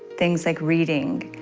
things like reading,